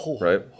right